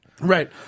right